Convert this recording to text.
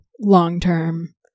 long-term